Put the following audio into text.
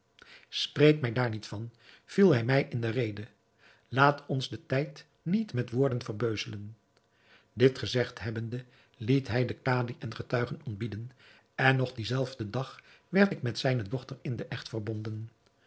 spreek mij daar niet van viel hij mij in de rede laat ons den tijd niet met woorden verbeuzelen dit gezegd hebbende liet hij den kadi en getuigen ontbieden en nog dien zelfden dag werd ik met zijne dochter in den echt verbonden